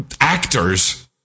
actors